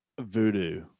Voodoo